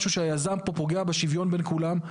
משהו שהיזם פה פוגע בשוויון בין כולם.